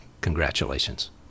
Congratulations